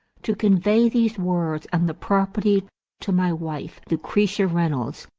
to convey these words and the property to my wife, lucretia reynolds,